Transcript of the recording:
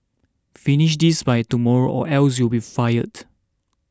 finish this by tomorrow or else you'll be fired